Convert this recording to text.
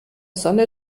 sonne